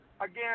again